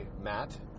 Matt